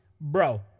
bro